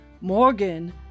morgan